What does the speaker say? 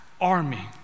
army